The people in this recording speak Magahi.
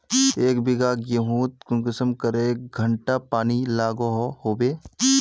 एक बिगहा गेँहूत कुंसम करे घंटा पानी लागोहो होबे?